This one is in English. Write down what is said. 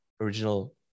original